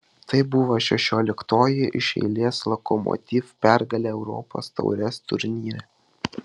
tai buvo šešioliktoji iš eilės lokomotiv pergalė europos taurės turnyre